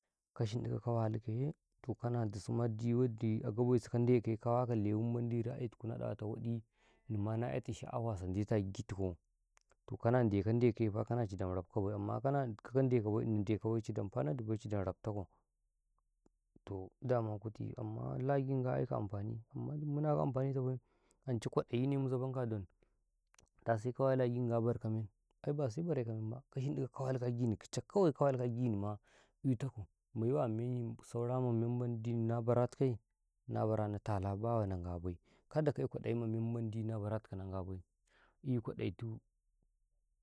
﻿Ka shinɗika ka wali ka yee toh dusu ma, dii waldi anga bai su, ka waka lewi, wen di ra'aayi tuku na yaka waɗii, Nnima agi yatu sha'aawah, san ale tu agi tu kau, to kana ndeko-ndekoye fa kana ci dan warka ka ale ke baa, kana ale kan ale ka bay, amman ali nide ka bay, du kau de ka bay, cidan fa, nadi bay, cidan dafta kau, toh daman kutii, kala gin gaye ko amfani, amman du ma nan ka amfani si bay, an cai kwada yi ne mu zaban a don, da sai ka wala gin ga sa bar ka men, ai ba sai bareka men ba, ka shinɗi kau, ka wali kau kice gini ma, ii ta kau, me wa ma men'i saura ma men mendi na bara ta kau, na bara na tala, baya na bara nan ga bay, kada kai kwaɗayi ma memendi na bara tu kau, kan ga bay, ii kwaɗe tuu.